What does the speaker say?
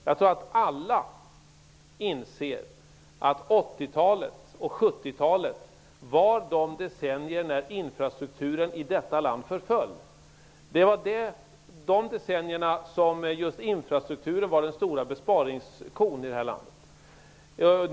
Jag tror att alla inser att 80 talet och 70-talet var de decennier när infrastrukturen i detta land förföll. Det var de decennierna som just infrastrukturen var den stora ''besparingskon'' här i landet.